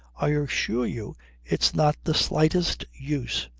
i assure you it's not the slightest use,